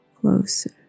closer